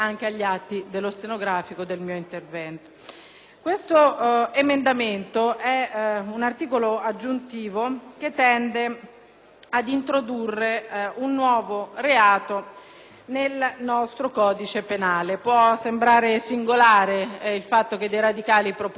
intende introdurre un articolo aggiuntivo che prevede un nuovo reato nel nostro codice penale. Può sembrare singolare il fatto che dei radicali propongano un nuovo reato, ma